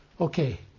Okay